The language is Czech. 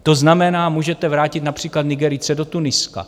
To znamená, můžete vrátit například Nigerijce do Tuniska.